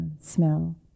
smell